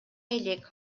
элек